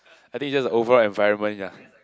I think it's just the overall environment ya